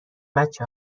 بچه